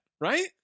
right